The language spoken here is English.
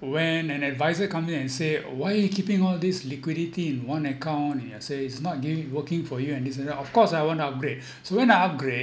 when an advisor come in and say why you keeping all this liquidity in one account and he say it's not giving working for you and this and that of course I want to upgrade so when I upgrade